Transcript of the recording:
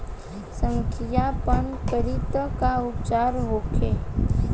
संखिया पान करी त का उपचार होखे?